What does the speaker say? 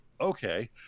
okay